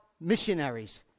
missionaries